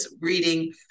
reading